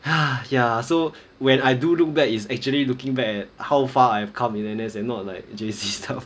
hah ya so when I do look back it's actually looking back at how far I've come in N_S and not like J_C stuff